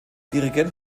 dirigent